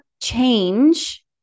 change